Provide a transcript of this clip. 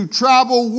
travel